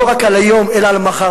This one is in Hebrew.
לא רק על היום אלא על מחר,